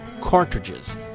cartridges